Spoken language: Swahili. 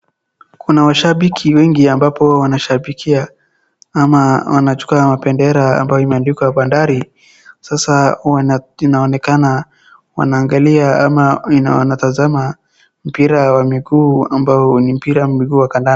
Kuna washabiki wengi ambapo huwa wanashabikia ama wanachukua mabendera ambayo imeandikwa bandari. Sasa huwa inaonekana wanaangalia ama wanatazama mpira wa miguu ambao ni mpira wa miguu wa kandanda.